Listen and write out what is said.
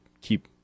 keep